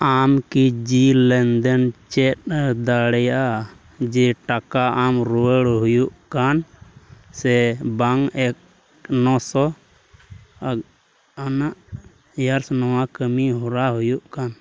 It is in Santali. ᱟᱢᱠᱤ ᱡᱤ ᱞᱮᱱᱫᱮᱱᱮᱢ ᱪᱮᱫ ᱫᱟᱲᱮᱭᱟᱜᱼᱟ ᱡᱮ ᱴᱟᱠᱟ ᱟᱢ ᱨᱩᱣᱟᱹᱲ ᱦᱩᱭᱟᱠᱟᱱᱟ ᱥᱮᱵᱟᱝ ᱱᱚᱥᱚ ᱟᱱᱟᱜ ᱤᱭᱟᱨᱥ ᱱᱚᱣᱟ ᱠᱟᱹᱢᱤᱦᱚᱨᱟ ᱦᱩᱭᱩᱜ ᱠᱟᱱᱟ